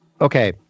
Okay